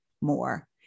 more